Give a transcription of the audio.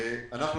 המצגת.